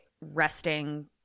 resting